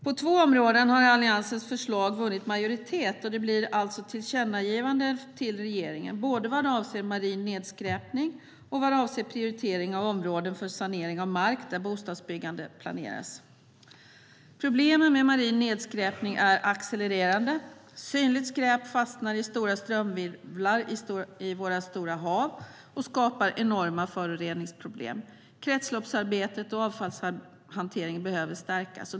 På två områden har Alliansens förslag vunnit majoritet, och det blir alltså tillkännagivanden till regeringen både vad avser marin nedskräpning och vad avser prioritering av områden för sanering av mark där bostadsbyggande planeras. Problemet med marin nedskräpning är accelererande. Synligt skräp fastnar i stora strömvirvlar i våra stora hav och skapar enorma föroreningsproblem. Kretsloppsarbetet och avfallshanteringen behöver stärkas.